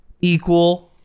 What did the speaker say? equal